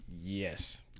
Yes